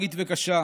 להיפרד,